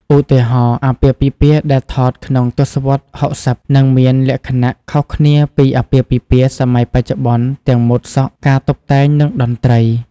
ឧទាហរណ៍ អាពាហ៍ពិពាហ៍ដែលថតក្នុងទស្សវត្ស៦០ នឹងមានលក្ខណៈខុសគ្នាពីអាពាហ៍ពិពាហ៍សម័យបច្ចុប្បន្នទាំងម៉ូដសក់ ការតុបតែង និងតន្រ្តី។